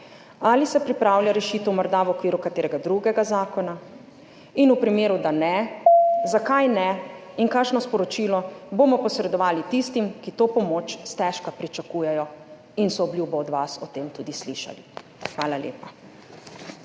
Ali se morda pripravlja rešitev v okviru katerega drugega zakona? Če ne, zakaj ne in kakšno sporočilo bomo posredovali tistim, ki to pomoč stežka pričakujejo in so od vas obljubo o tem tudi slišali? Hvala lepa.